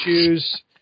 issues